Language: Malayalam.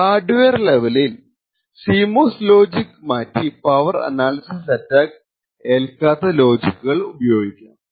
ഹാർഡ് വെയർ ലെവലിൽ CMOS ലോജിക് മാറ്റി പവർ അനാലിസിസ് അറ്റാക്ക് ഏൽക്കാത്ത ലോജിക്കുകൾ ഉപയോഗിക്കാം